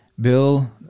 bill